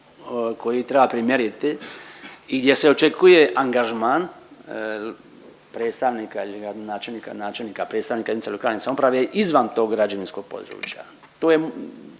koji treba premjeriti i gdje se očekuje angažman predstavnika ili gradonačelnika, načelnika, predstavnika JLS izvan tog građevinskog područja. To je,